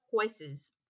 choices